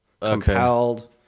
compelled